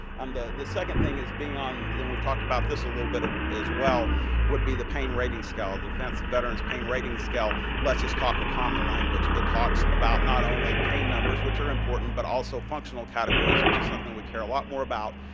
um the the second thing is being on and we've talked about this a little bit ah as well. it would be the pain rating scale, the defense veterans pain rating scale. let's just talk a common language. it talks about not only pain numbers, which are important, but also functional categories, which is something we care a lot more about.